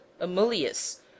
Amulius